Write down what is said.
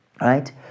right